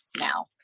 now